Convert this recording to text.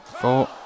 four